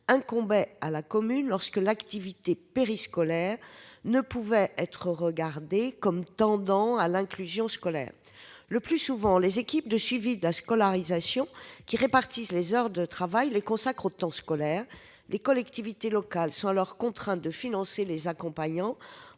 incombait à la commune lorsque l'activité périscolaire ne pouvait être regardée « comme tendant à l'inclusion scolaire ». Le plus souvent, les équipes de suivi de la scolarisation, qui répartissent les heures de travail des accompagnants, les consacrent au temps scolaire. Les collectivités locales sont alors contraintes de financer les accompagnants